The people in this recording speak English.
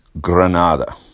Granada